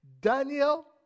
Daniel